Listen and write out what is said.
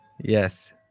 Yes